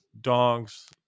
dogs